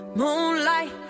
moonlight